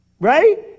Right